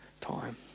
time